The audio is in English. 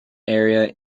area